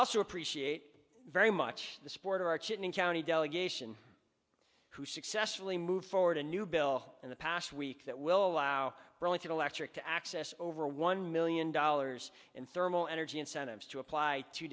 also appreciate very much the support of our chinning county delegation who successfully moved forward a new bill in the past week that will allow you to lecture to access over one million dollars in thermal energy incentives to apply to